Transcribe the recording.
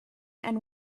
and